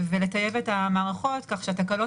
שהיא קיבלה מכל בתי המשפט את הבקשות שלהם לדיונים